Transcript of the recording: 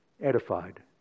Edified